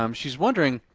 um she's wondering,